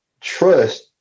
trust